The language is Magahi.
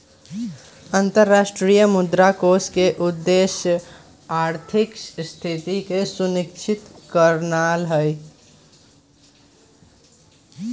अंतरराष्ट्रीय मुद्रा कोष के उद्देश्य आर्थिक स्थिरता के सुनिश्चित करनाइ हइ